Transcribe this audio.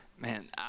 Man